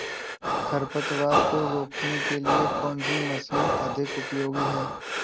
खरपतवार को रोकने के लिए कौन सी मशीन अधिक उपयोगी है?